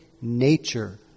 nature